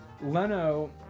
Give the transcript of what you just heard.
Leno